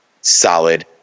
solid